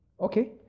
Okay